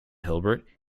hilbert